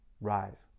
Rise